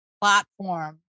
platform